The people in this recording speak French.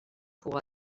pour